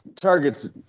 Target's